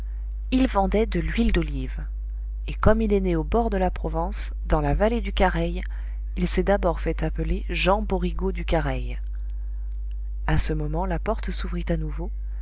il vendait de l'huile d'olive et comme il est né au bord de la provence dans la vallée du careï il s'est d'abord fait appeler jean borigo du careï a ce moment la porte s'ouvrit à nouveau